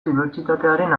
dibertsitatearen